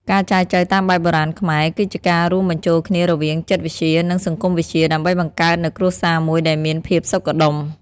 ការចែចូវតាមបែបបុរាណខ្មែរ គឺជាការរួមបញ្ចូលគ្នារវាង "ចិត្តវិទ្យា" និង "សង្គមវិទ្យា" ដើម្បីបង្កើតនូវគ្រួសារមួយដែលមានភាពសុខដុម។